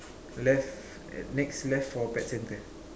left next left for pet centre